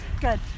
Good